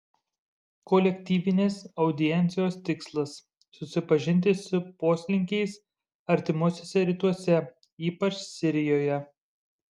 kolektyvinės audiencijos tikslas susipažinti su poslinkiais artimuosiuose rytuose ypač sirijoje